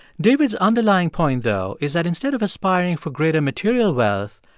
david's underlying point, though, is that instead of aspiring for greater material wealth,